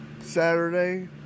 Saturday